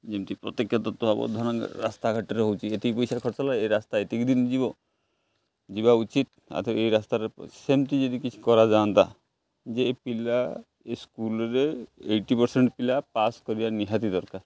ଯେମିତି ପ୍ରତ୍ୟକ୍ଷ ତତ୍ତ୍ୱାବଧାନ ରାସ୍ତାଘାଟରେ ହେଉଛି ଏତିକି ପଇସା ଖର୍ଚ୍ଚ ହେଲା ଏ ରାସ୍ତା ଏତିକି ଦିନ ଯିବ ଯିବା ଉଚିତ ଆଉ ଥରେ ଏ ରାସ୍ତାରେ ସେମିତି ଯଦି କିଛି କରାଯାଆନ୍ତା ଯେ ପିଲା ଏ ସ୍କୁଲରେ ଏଇଟି ପରସେଣ୍ଟ ପିଲା ପାସ୍ କରିବା ନିହାତି ଦରକାର